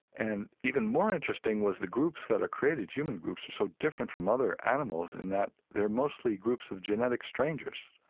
and even more interesting was the groups that are created, human groups, are so different from other animals in that they're mostly groups of genetic strangers.